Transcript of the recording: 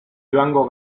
joango